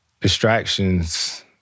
distractions